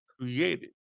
created